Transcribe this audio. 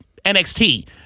nxt